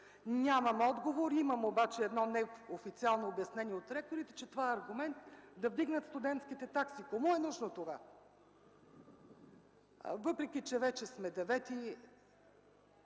Нямам отговор, имам обаче едно неофициално обяснение от ректорите, че това е аргумент да вдигнат студентските такси. Кому е нужно това? Въпреки че вече сме 9-и,